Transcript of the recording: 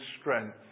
strength